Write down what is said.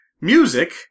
Music